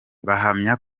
bahamya